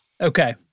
Okay